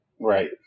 Right